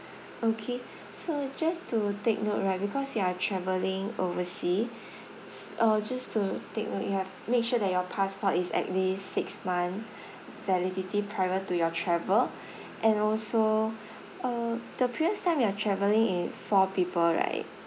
okay so just to take note right because you are travelling oversea uh just to take note you have make sure that your passport is at least six month validity prior to your travel and also uh the previous time you are travelling in four people right